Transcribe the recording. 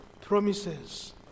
promises